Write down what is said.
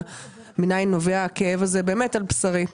מניין נובע הכאב הזה באמת על בשרי.